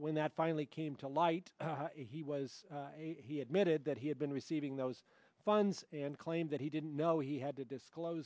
when that finally came to light he was he admitted that he had been receiving those funds and claimed that he didn't know he had to disclose